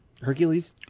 Hercules